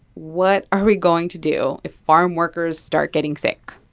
what are we going to do if farmworkers start getting sick?